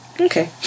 Okay